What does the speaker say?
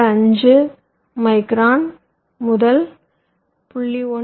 25 micron முதல் 0